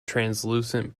translucent